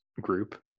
group